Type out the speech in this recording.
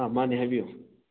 ꯑꯥ ꯃꯥꯅꯦ ꯍꯥꯏꯕꯤꯌꯨ